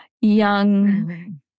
young